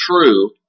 true